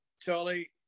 Charlie